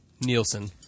nielsen